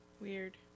weird